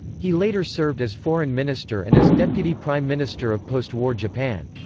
he later served as foreign minister and as deputy prime minister of post-war japan.